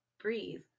Breathe